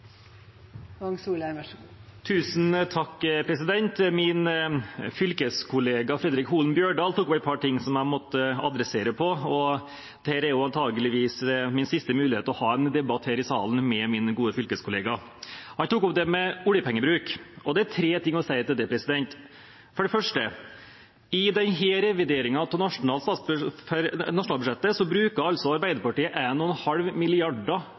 Min fylkeskollega Fredric Holen Bjørdal tok opp et par ting som jeg må ta tak i. Dette er antakeligvis min siste mulighet til å ha en debatt her i salen med min gode fylkeskollega. Han tok opp det med oljepengebruk, og det er tre ting å si til det: For det første: I denne revideringen av nasjonalbudsjettet bruker altså Arbeiderpartiet 1,5 mrd. kr mer oljepenger enn det regjeringen og